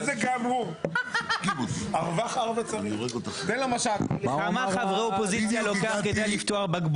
זה פשוט לעשות מחדש את כל חוק תכנון ובנייה,